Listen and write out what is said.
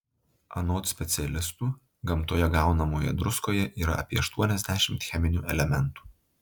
anot specialistų gamtoje gaunamoje druskoje yra apie aštuoniasdešimt cheminių elementų